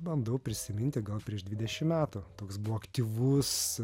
bandau prisiminti gal prieš dvidešim metų toks buvo aktyvus